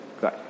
Good